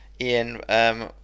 Ian